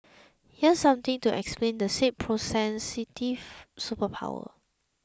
here's something to explain the said superpower